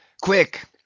Quick